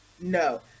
No